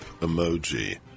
emoji